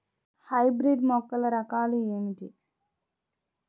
Hybrid మొక్కల రకాలు ఏమిటీ?